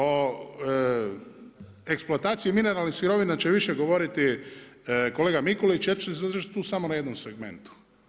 O eksploataciji mineralnih sirovina će više govoriti kolega Mikulić ja ću se zadržati tu samo na jednom segmentu.